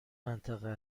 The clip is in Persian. منطقه